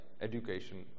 education